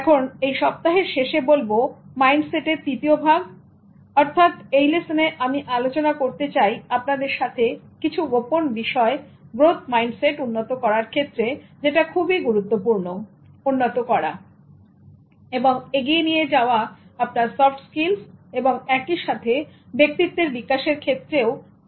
এখন উপসংহারে অর্থাৎ সপ্তাহের শেষে বলব মাইন্ডসেট এর তৃতীয় ভাগ অর্থাৎ এই লেসনে আমি আলোচনা করতে চাই আপনাদের সাথে কিছু গোপন বিষয় গ্রোথ মাইন্ডসেট উন্নত করার ক্ষেত্রে যেটা খুবই গুরুত্বপূর্ণ উন্নত করা এবং এগিয়ে নিয়ে যাওয়া আপনার সফট স্কিলস এবং একই সাথে ব্যক্তিত্বের বিকাশের ক্ষেত্রে প্রয়োজনীয়